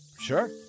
Sure